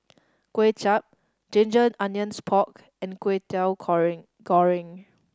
Kway Chap ginger onions pork and kwetiau goreng